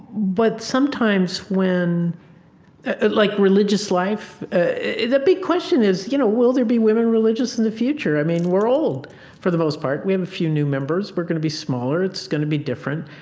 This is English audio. but sometimes when like religious life the big question is, you know will there be women religious in the future? i mean, we're old for the most part. we have a few new members. we're going to be smaller. it's going to be different.